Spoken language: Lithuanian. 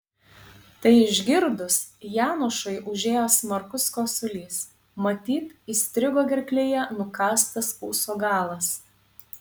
tai išgirdus janošui užėjo smarkus kosulys matyt įstrigo gerklėje nukąstas ūso galas